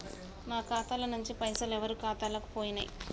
నా ఖాతా ల నుంచి పైసలు ఎవరు ఖాతాలకు పోయినయ్?